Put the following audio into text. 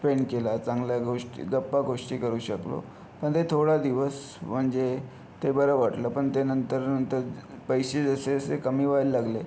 spend केला चांगल्या गोष्टी गप्पा गोष्टी करू शकलो पण ते थोडा दिवस म्हणजे ते बरं वाटलं पण ते नंतर नंतर पैसे जसे जसे कमी व्हायला लागले